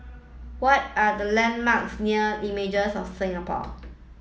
what are the landmarks near Images of Singapore